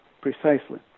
precisely